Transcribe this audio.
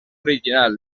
original